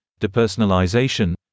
depersonalization